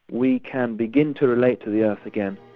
we can begin to relate to the earth again.